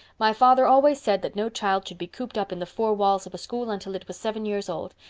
my father always said that no child should be cooped up in the four walls of a school until it was seven years old,